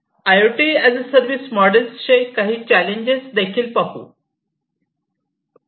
I O T as a service मॉडेलचे काही challenges देखील पाहू